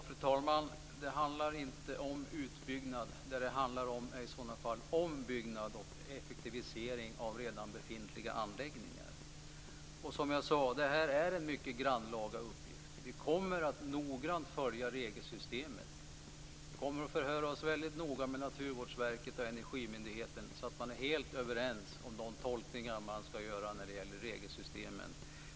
Fru talman! Det handlar inte om utbyggnad. Det handlar möjligen om ombyggnad och effektivisering av redan befintliga anläggningar. Som jag sade är detta en mycket grannlaga uppgift. Vi kommer att noggrant följa regelsystemet. Vi kommer att förhöra oss väldigt noga med Naturvårdsverket och Energimyndigheten så att man är helt överens om de tolkningar man ska göra när det gäller regelsystemen.